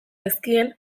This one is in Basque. ezkien